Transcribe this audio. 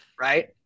right